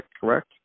correct